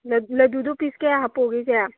ꯂꯗꯨꯗꯨ piece ꯀꯌꯥ ꯍꯥꯞꯄꯨꯒꯦ ꯏꯆꯦ